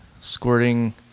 squirting